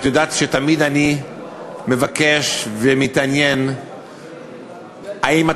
את יודעת שתמיד אני מבקש ומתעניין אם את